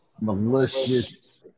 malicious